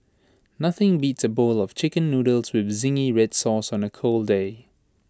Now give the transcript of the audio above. nothing beats A bowl of Chicken Noodles with Zingy Red Sauce on A cold day